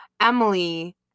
Emily